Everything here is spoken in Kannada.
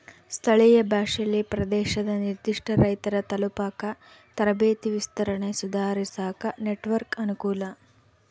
ಸ್ಥಳೀಯ ಭಾಷೆಯಲ್ಲಿ ಪ್ರದೇಶದ ನಿರ್ಧಿಷ್ಟ ರೈತರ ತಲುಪಾಕ ತರಬೇತಿ ವಿಸ್ತರಣೆ ಸುಧಾರಿಸಾಕ ನೆಟ್ವರ್ಕ್ ಅನುಕೂಲ